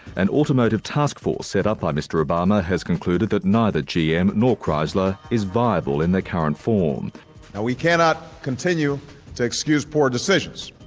an automotive task force, set up by ah mr obama, has concluded that neither gm nor chrysler is viable in their current form. and we cannot continue to excuse poor decisions.